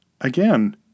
again